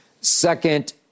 Second